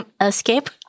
escape